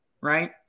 Right